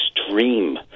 extreme